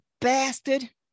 bastard